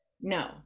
no